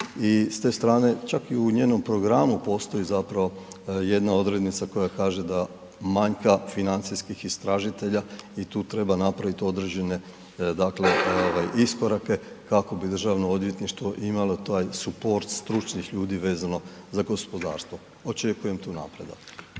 i s te strane čak i u njenom programu postoji zapravo jedna odrednica koja kaže da manjka financijskih istražitelja i tu treba napraviti određene dakle ovaj iskorake kako bi Državno odvjetništvo imalo taj suport stručnih ljudi vezano za gospodarstvo. Očekujem tu napredak.